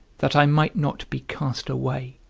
that i might not be cast away.